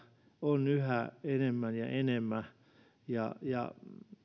on yhä enemmän ja enemmän